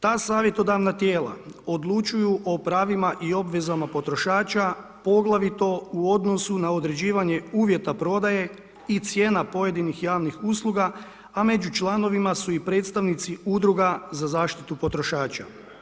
Ta savjetodavna tijela odlučuju o pravima i obvezama potrošača poglavito u odnosu na određivanje uvjeta prodaje i cijena pojedinih javnih usluga a među članovima su i predstavnici udruga za zaštitu potrošača.